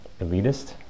elitist